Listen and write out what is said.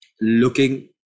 looking